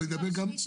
ויש תואר שני,